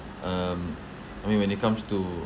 um I mean when it comes to